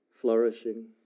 flourishing